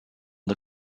the